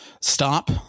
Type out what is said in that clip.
stop